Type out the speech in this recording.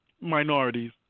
minorities